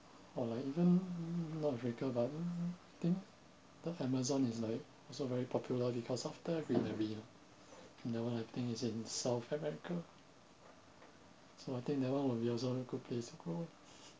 or like even not africa but I think the amazon is like also very popular because of the greenery uh you never have thing is in south america so I think that one will be also good place to go